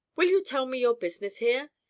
will you tell me your business here?